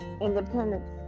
independence